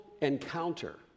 encounter